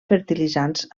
fertilitzants